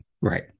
Right